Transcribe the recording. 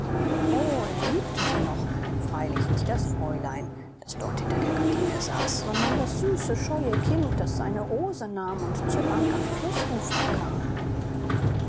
o er liebte sie noch freilich nicht das fräulein das dort hinter der gardine saß sondern das süße scheue kind das seine rose nahm und zur bank am flußufer kam